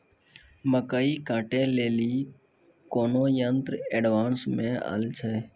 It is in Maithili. मकई कांटे ले ली कोनो यंत्र एडवांस मे अल छ?